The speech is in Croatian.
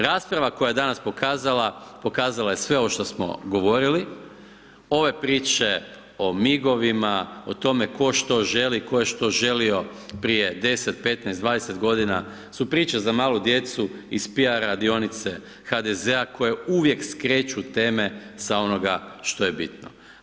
Rasprava koja je danas pokazala, pokazala je sve ovo što smo govorili, ove priče o migovima, o tome tko što želi, tko je što želio, prije 10, 15, 20 godina su priče za malu djecu iz PR radionice HDZ-a koji uvijek skreću teme sa onoga što je bitno.